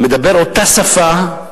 מדבר אותה שפה,